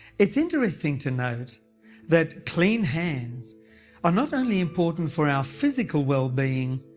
it's interesting to note that clean hands are not only important for our physical wellbeing,